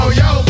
yo